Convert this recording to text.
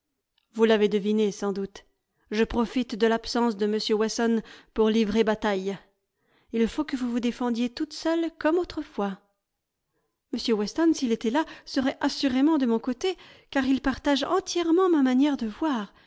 vous l'avez deviné sans doute je profite de l'absence de m weston pour livrer bataille il faut que vous vous défendiez toute seule comme autrefois m weston s'il était là serait assurément de mon côté car il partage entièrement ma manière de voir